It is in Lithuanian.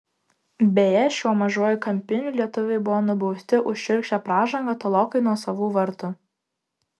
beje šiuo mažuoju kampiniu lietuviai buvo nubausti už šiurkščią pražangą tolokai nuo savų vartų